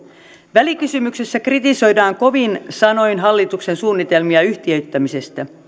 välikysymyksessä kritisoidaan kovin sanoin hallituksen suunnitelmia yhtiöittämisestä